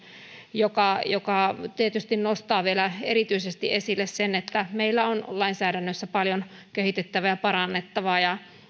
joka joka tietysti nostaa vielä erityisesti esille sen että meillä on lainsäädännössä paljon kehitettävää ja parannettavaa